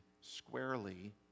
squarely